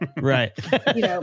Right